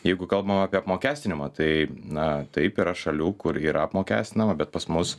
jeigu kalbam apie apmokestinimą tai na taip yra šalių kur yra apmokestinama bet pas mus